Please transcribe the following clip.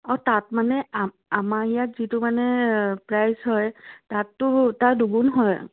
অঁ তাত মানে আমাৰ ইয়াত যিটো মানে প্ৰাইজ হয় তাততো তাৰ দুগুণ হয় আৰু